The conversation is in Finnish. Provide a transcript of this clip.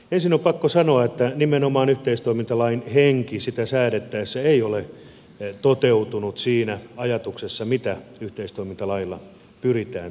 ensin on pakko sanoa että nimenomaan yhteistoimintalain henki sitä säädettäessä ei ole toteutunut siinä ajatuksessa mitä yhteistoimintalailla pyritään toteuttamaan